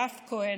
יהב כהן,